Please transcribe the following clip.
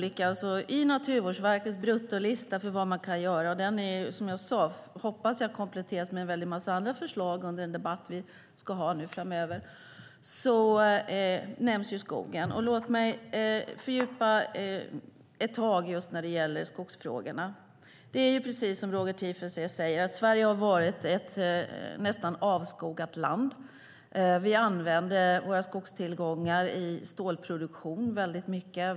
I Naturvårdsverkets bruttolista, och som jag sade hoppas jag att den kompletteras med en väldig massa andra förslag under den debatt vi ska ha framöver, nämns ju skogen. Låt mig fördjupa just när det gäller skogsfrågorna. Det är precis som Roger Tiefensee säger: Sverige har varit ett nästan avskogat land. Vi använde våra skogstillgångar i stålproduktion väldigt mycket.